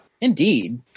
indeed